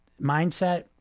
mindset